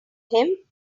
him